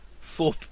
four